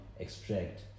extract